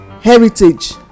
heritage